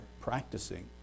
practicing